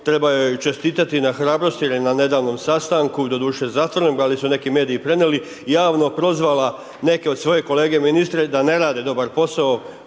treba joj čestitati na hrabrosti jer je na nedavnom sastanku, doduše zatvorenom, ali su neki mediji prenijeli, javno prozvala neke od svoje kolega ministre da ne rade dobar posao,